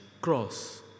cross